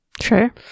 Sure